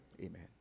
amen